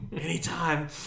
anytime